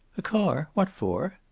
a car? what for?